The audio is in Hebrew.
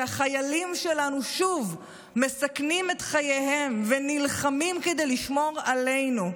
כשהחיילים שלנו שוב מסכנים את חייהם ונלחמים כדי לשמור עלינו,